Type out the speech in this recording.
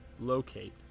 Locate